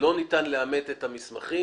לא ניתן לאמת את המסמכים.